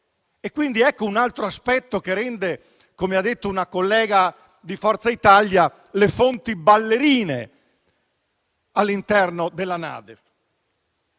Ecco un altro aspetto che rende - come ha detto una collega di Forza Italia - le fonti ballerine all'interno della Nota